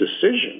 decision